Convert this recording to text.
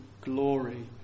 glory